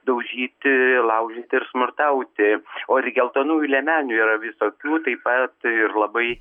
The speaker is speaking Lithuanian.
daužyti laužyti ir smurtauti o ir geltonųjų liemenių yra visokių taip pat ir labai